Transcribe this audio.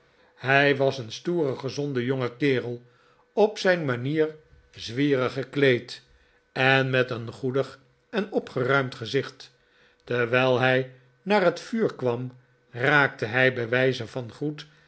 hij was een stoere gezonde jonge kerel m a art en chu z z lewit op zijn manier zwierig gekleed en met een goedig en opgeruimd gezicht terwijl hij naar het vuur kwam raakte hij bij wijze van groet